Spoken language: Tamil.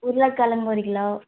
உருளைக்கெழங்கு ஒரு கிலோ